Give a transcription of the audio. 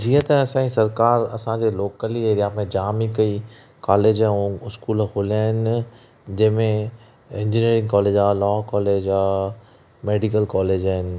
जीअं त असां जी सरकार असां जे लोकली एरिआ में जाम ई कई कॉलेज ऐं स्कूल खोलिया आहिनि जंहिं में इन्जीनिअरिन्ग कॉलेज आहे लॉ कॉलेज आहे मेडिकल कॉलेज आहिनि